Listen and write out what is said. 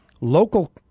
local